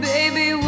Baby